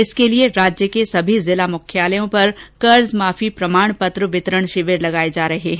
इसके लिए राज्य के सभी जिला मुख्यालयों पर कर्जमाफी प्रमाण पत्र वितरण शिविर लगाए जा रहे हैं